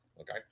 Okay